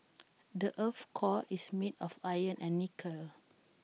the Earth's core is made of iron and nickel